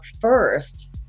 first